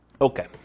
Okay